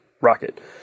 rocket